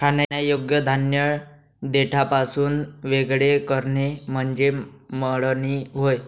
खाण्यायोग्य धान्य देठापासून वेगळे करणे म्हणजे मळणी होय